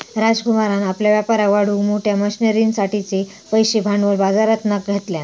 राजकुमारान आपल्या व्यापाराक वाढवूक मोठ्या मशनरींसाठिचे पैशे भांडवल बाजरातना घेतल्यान